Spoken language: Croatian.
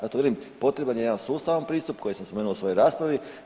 Zato velim potreban je jedan sustavan pristup koji sam spomenuo u svojoj raspravi.